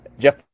Jeff